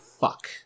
fuck